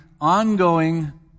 ongoing